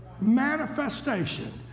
MANIFESTATION